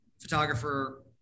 photographer